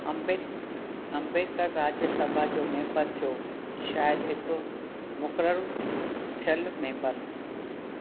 अम्बेद अम्बेदकर राज्य सभा जो मेम्बर थियो शायदि हिकु मुक़ररु थियलु मेम्बर